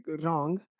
wrong